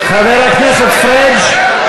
חבר הכנסת פריג',